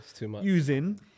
using